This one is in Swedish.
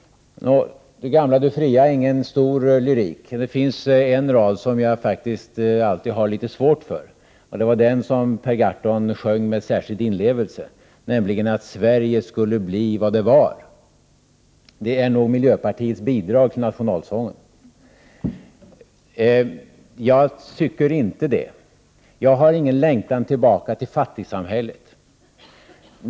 Du gamla, du fria är inte prov på någon stor lyrik. Men det finns en rad som jag faktiskt alltid haft litet svårt för, och det var den som Per Gahrton sjöng med särskild inlevelse, nämligen att Sverige skulle bli vad det var. Det är nog det som är miljöpartiets bidrag till nationalsången. Jag delar inte den åsikten. Jag har ingen längtan tillbaka till fattigsamhället.